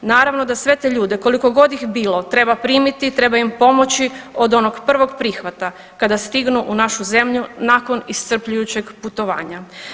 Naravno da sve te ljude, koliko god ih bilo, treba primiti, treba im pomoći, od onog prvog prihvata, kada stignu u našu zemlju nakon iscrpljujućeg putovanja.